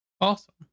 awesome